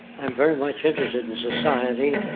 i'm very much interested in society